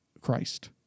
Christ